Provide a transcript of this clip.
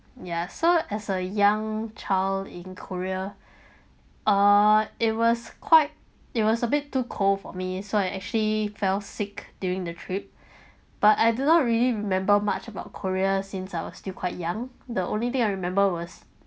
ya so as a young child in korea uh it was quite it was a bit too cold for me so I actually fell sick during the trip but I do not really remember much about korea since I was still quite young the only thing I remember was